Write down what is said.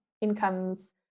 incomes